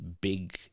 big